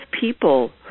people